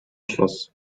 schluss